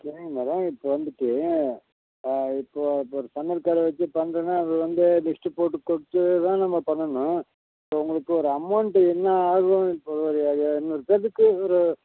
சரிங்க மேடம் இப்போ வந்துட்டு இப்போது இப்போ ஒரு சமையல்காரர் வைச்சு பண்றோனால் அதுவந்து லிஸ்டு போட்டு கொடுத்துதான் நம்ம பண்ணணும் ஸோ உங்களுக்கு ஒரு அமௌண்ட்டு என்ன ஆகும் இப்போ ஒரு இர இருநூறு பேர்த்துக்கு ஒரு